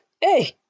Hey